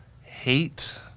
hate